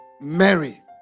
mary